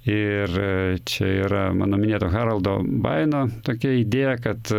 ir čia yra mano minėto haroldo baieno tokia idėja kad